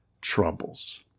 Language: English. troubles